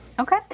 Okay